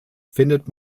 findet